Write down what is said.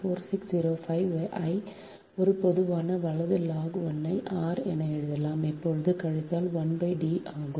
4605 I ஒரு பொதுவான வலது log 1 r எழுதலாம் இப்போது கழித்தல் 1 D ஆகும்